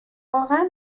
واقعا